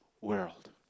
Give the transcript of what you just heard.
world